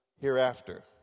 Hereafter